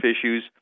issues